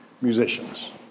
musicians